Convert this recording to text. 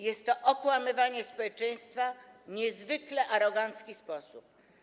Jest to okłamywanie społeczeństwa w niezwykle arogancki sposób.